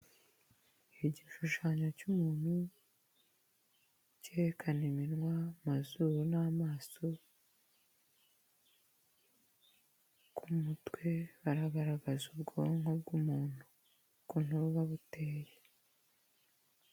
Igishushanyo cy'umuntu cyerekana iminwa, amazuru n'amaso. Ku mutwe baragaragaza ubwonko bw'umuntu. Ukuntu buba buteye.